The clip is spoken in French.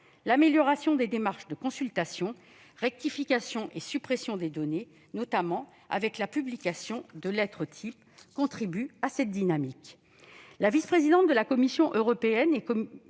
L'amélioration des démarches de consultation, de rectification et de suppression des données, notamment, grâce à la mise à disposition de lettres types, contribue à cette dynamique. La vice-présidente de la Commission européenne et